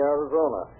Arizona